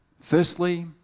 firstly